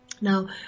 Now